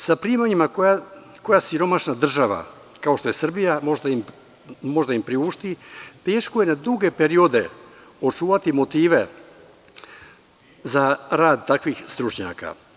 Sa primanjima koja siromašna država, kao što je Srbija, možda im priušti, teško je na duge periode očuvati motive za rad takvih stručnjaka.